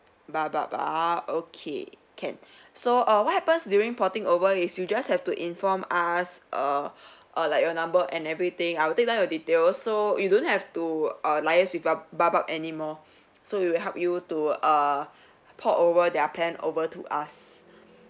baobab ah okay can so err what happens during porting over is you just have to inform us err err like your number and everything I will take down your details so you don't have to err liaise with ba~ baobab anymore so we will help you to err port over their plan over to us